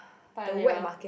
Paya-Lebar